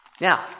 Now